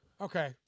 Okay